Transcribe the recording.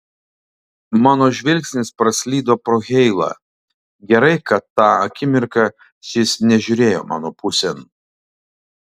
mano žvilgsnis praslydo pro heilą gerai kad tą akimirką šis nežiūrėjo mano pusėn